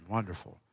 Wonderful